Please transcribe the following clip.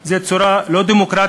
היא לא דמוקרטית,